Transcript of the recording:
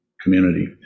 community